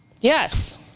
yes